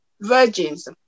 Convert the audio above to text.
virgins